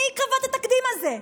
מי קבע את התקדים הזה?